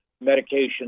medication